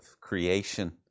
creation